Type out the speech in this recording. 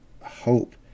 hope